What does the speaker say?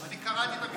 אני קראתי את המכתב.